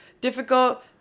difficult